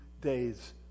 days